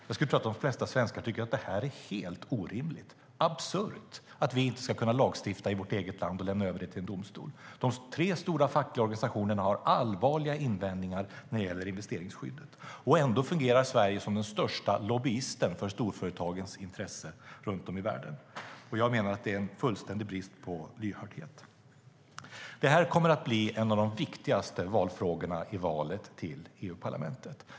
Jag skulle tro att de flesta svenskar tycker att det är helt orimligt och absurt att vi inte ska kunna lagstifta i vårt eget land och lämna över det till en domstol. De tre stora fackliga organisationerna har allvarliga invändningar när det gäller investeringsskyddet. Ändå fungerar Sverige som den största lobbyisten för storföretagens intressen runt om i världen. Jag menar att det är en fullständig brist på lyhördhet. Det här kommer att bli en av de viktigaste valfrågorna i valet till EU-parlamentet.